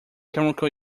chemical